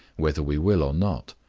whether we will or not.